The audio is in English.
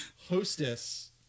Hostess